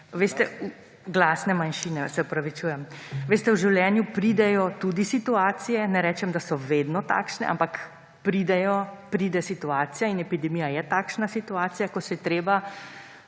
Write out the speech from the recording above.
dvorane/ Glasne manjšine, se opravičujem. Veste, v življenju pridejo tudi situacije, ne rečem, da so vedno takšne, ampak pridejo, pride situacija, in epidemija je takšna situacija, ko se je treba